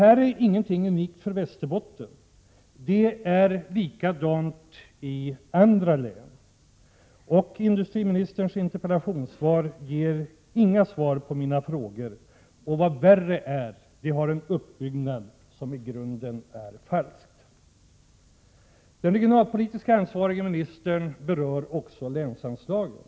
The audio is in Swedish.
Dessa siffror är inte unika för Västerbotten; förloppet är likadant i andra län. Industriministerns interpellationssvar ger inga svar på mina frågor, och vad värre är: det har en uppbyggnad som i grunden är falsk. Den regionalpolitiskt ansvarige ministern berör också länsanslagen.